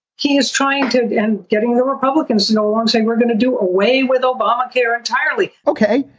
he is trying to and getting the republicans. no, i'm saying we're going to do away with obamacare entirely ok,